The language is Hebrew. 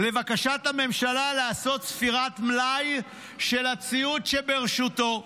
לבקשת הממשלה לעשות ספירת מלאי של הציוד שברשותו,